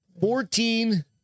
Fourteen